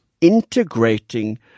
integrating